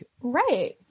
Right